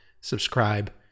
subscribe